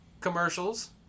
commercials